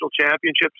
championships